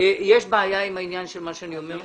יש בעיה עם מה שאני אומר?